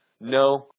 no